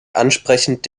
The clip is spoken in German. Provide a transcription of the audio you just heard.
ansprechend